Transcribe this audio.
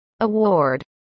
Award